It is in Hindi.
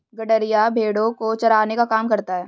गड़ेरिया भेड़ो को चराने का काम करता है